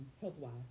health-wise